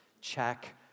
check